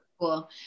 Cool